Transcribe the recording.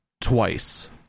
twice